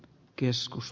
keskus